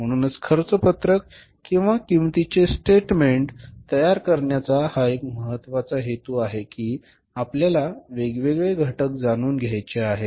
म्हणूनच खर्च पत्रक किंवा किंमतीचे स्टेटमेंट तयार करण्याचा हा एक महत्त्वाचा हेतू आहे की आपल्याला वेगवेगळे घटक जाणून घ्यायचे आहेत